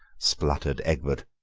spluttered egbert.